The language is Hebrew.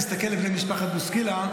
להסתכל על בני משפחת בוסקילה,